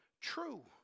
true